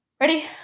Ready